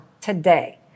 today